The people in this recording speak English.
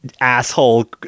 asshole